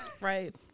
Right